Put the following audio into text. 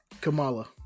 Kamala